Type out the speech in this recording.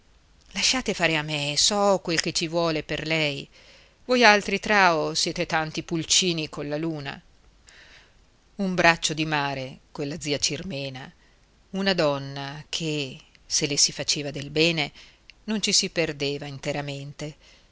lasciate fare a me so quel che ci vuole per lei voialtri trao siete tanti pulcini colla luna un braccio di mare quella zia cirmena una donna che se le si faceva del bene non ci si perdeva interamente